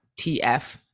TF